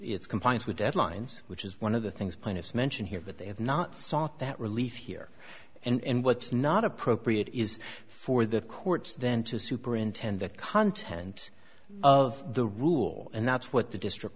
its compliance with deadlines which is one of the things plaintiffs mentioned here but they have not sought that relief here and what's not appropriate is for the courts then to superintend the content of the rule and that's what the district